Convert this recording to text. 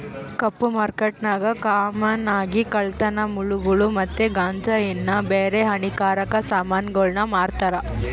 ಕಪ್ಪು ಮಾರ್ಕೆಟ್ನಾಗ ಕಾಮನ್ ಆಗಿ ಕಳ್ಳತನ ಮಾಲುಗುಳು ಮತ್ತೆ ಗಾಂಜಾ ಇನ್ನ ಬ್ಯಾರೆ ಹಾನಿಕಾರಕ ಸಾಮಾನುಗುಳ್ನ ಮಾರ್ತಾರ